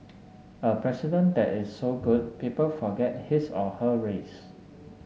a president that is so good people forget his or her race